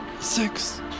six